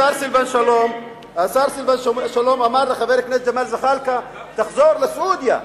השר סילבן שלום אמר לחבר הכנסת ג'מאל זחאלקה: תחזור לסעודיה,